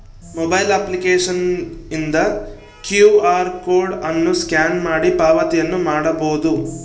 mobile ಅಪ್ಲಿಕೇಶನ್ನಿಂದ Q R code ಅನ್ನು scan ಮಾಡಿ ಪಾವತಿಯನ್ನ ಮಾಡಬೊದು